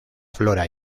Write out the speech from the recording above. flora